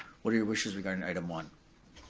what are your wishes regarding item one?